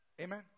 Amen